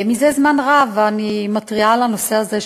זה זמן רב אני מתריעה על הנושא הזה,